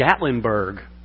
Gatlinburg